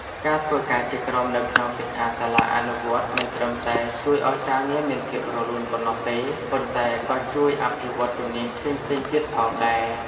ការធ្វើការជាក្រុមនៅក្នុងសិក្ខាសាលាអនុវត្តន៍មិនត្រឹមតែជួយឲ្យការងារមានភាពរលូនប៉ុណ្ណោះទេ ប៉ុន្តែក៏ជួយអភិវឌ្ឍជំនាញផ្សេងៗទៀតផងដែរ។